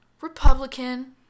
Republican